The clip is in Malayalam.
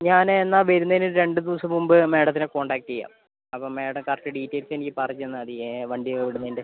ഞാനേ എന്നാ വരുന്നതെന്ന് ഒരു രണ്ട് ദിവസം മുൻപ് മാഡത്തിനെ കോൺടാക്ട് ചെയ്യാം അപ്പം മാഡം കറക്റ്റ് ഡീറ്റെയിൽസ് എനിക്ക് പറഞ്ഞ് തന്നാൽ മതിയെ വണ്ടി വിടുന്നതിൻ്റെ